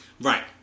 Right